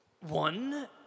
One